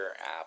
app